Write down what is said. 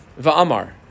Va'amar